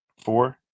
four